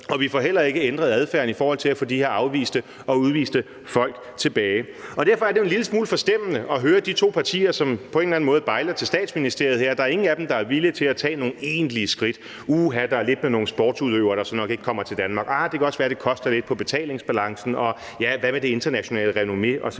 og vi får heller ikke ændret adfærden i forhold til at få de her afviste og udviste folk tilbage. Derfor er det jo en lille smule forstemmende at høre de to partier, som på en eller anden måde bejler til statsministeriet her: Der er ingen af dem, der er villige til at tage nogen egentlige skridt. Uha, der er lidt med nogle sportsudøvere, der så nok ikke kommer til Danmark, og det kan også være, at det koster lidt på betalingsbalancen, og hvad med det internationale renomme osv.?